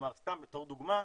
סתם בתור דוגמה.